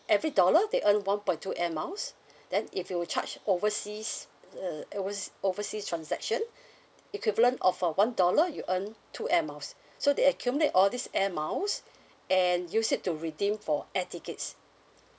every dollar they earn one point two air miles then if you charge overseas uh err overs~ overseas transaction equivalent of a one dollar you earn two air miles so they accumulate all these air miles and use it to redeem for air tickets